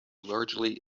largely